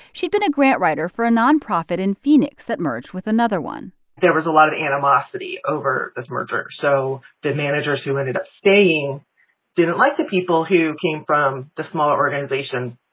she'd been a grant writer for a nonprofit in phoenix that merged with another one there was a lot of animosity over this merger. so the managers who ended up staying didn't like the people who came from the smaller organization.